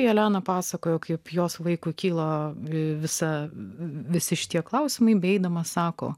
jelena pasakojo kaip jos vaikui kilo visa visi šitie klausimai beeidamas sako